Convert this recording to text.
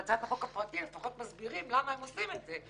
בהצעת החוק הפרטית לפחות מסבירים למה הם עושים את זה,